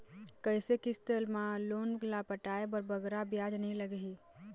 कइसे किस्त मा लोन ला पटाए बर बगरा ब्याज नहीं लगही?